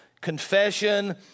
confession